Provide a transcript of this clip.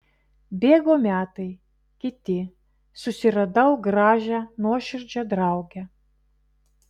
bėgo metai kiti susiradau gražią nuoširdžią draugę